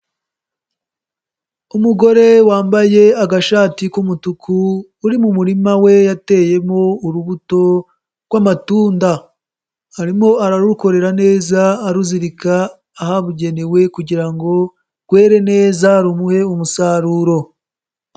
Umugore wambaye agashati k'umutuku uri mu murima we yateyemo urubuto rw'amatunda, arimo ararukorera neza aruzirika ahabugenewe kugira ngo rwere neza rumuhe umusaruro.